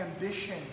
ambition